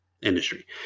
industry